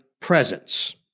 presence